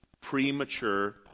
premature